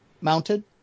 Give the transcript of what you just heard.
mounted